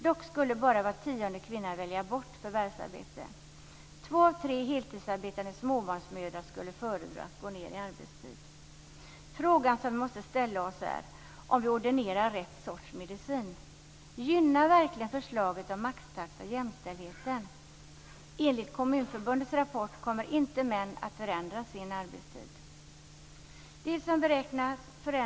Dock skulle bara var tionde kvinna välja bort förvärvsarbete. Två av tre heltidsarbetande småbarnsmödrar skulle föredra att gå ned i arbetstid. Frågan vi måste ställa oss är om vi ordinerar rätt sorts medicin. Gynnar verkligen förslaget om maxtaxa jämställdheten? Enligt Kommunförbundets rapport kommer inte män att förändra sin arbetstid.